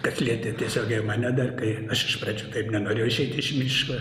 kas lietė tiesiogiai mane dar tai aš iš pradžių taip nenorėjau išeit iš miško